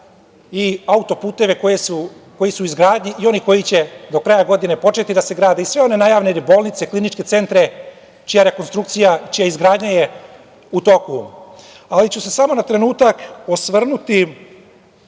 autoputeve koji su u izgradnji i oni koji će do kraja godine početi da se grade i sve one najavljene bolnice, kliničke centre čija rekonstrukcija, čija izgradnja je u toku, ali ću se samo na trenutak osvrnuti